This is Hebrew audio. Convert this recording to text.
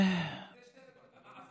יש שתי דקות.